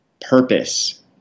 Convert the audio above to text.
purpose